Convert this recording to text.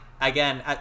again